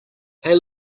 hey